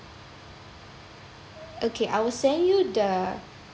okay I will send you the